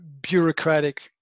bureaucratic